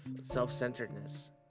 self-centeredness